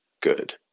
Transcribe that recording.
good